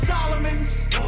Solomon's